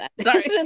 Sorry